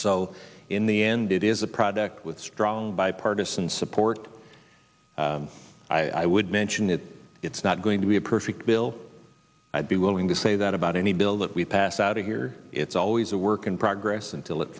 so in the end it is a product with strong bipartisan support i would mention it it's not going to be a perfect bill i'd be willing to say that about any bill that we've passed out of here it's always a work in progress until it